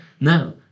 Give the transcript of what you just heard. no